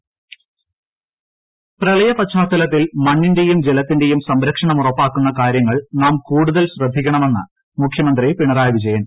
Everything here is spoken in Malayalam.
മുഖ്യമന്തി പ്രളയ പശ്ചാത്തലത്തിൽ ് മണ്ണിന്റെയും ജലത്തിന്റെയും സംരക്ഷണം ഉറപ്പാക്കുന്ന കാര്യങ്ങൾ നാം കൂടുതൽ ശ്രദ്ധിക്കണമെന്ന് മുഖ്യമന്ത്രി പിണറായി വിജയൻ